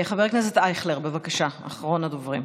חבר הכנסת אייכלר, בבקשה, אחרון הדוברים.